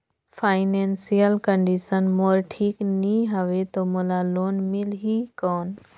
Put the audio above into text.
Financial condition मोर ठीक नी हवे तो मोला लोन मिल ही कौन??